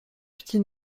petits